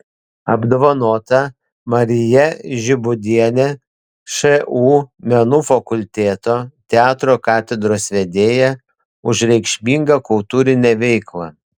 apdovanota marija žibūdienė šu menų fakulteto teatro katedros vedėja už reikšmingą kultūrinę veiklą